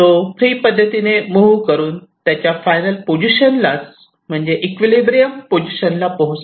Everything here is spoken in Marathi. तो फ्री पद्धतीने मुव्ह करून त्याच्या फायनल पोझिशनला म्हणजेच इक्विलिब्रियम पोझिशनला पोहोचला